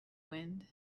wind